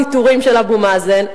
ויתורים של אבו מאזן,